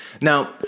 Now